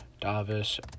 Davis